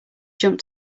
jump